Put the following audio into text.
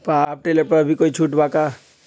Power tiller पर अभी कोई छुट बा का?